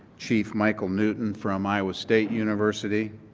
chief michael newton from iowa state university,